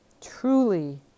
truly